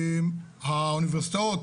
האוניברסיטאות